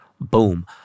Boom